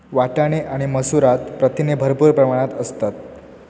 वाटाणे आणि मसूरात प्रथिने भरपूर प्रमाणात असतत